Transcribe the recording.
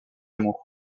amour